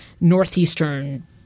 northeastern